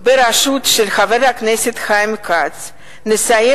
בראשותו של חיים כץ נסיים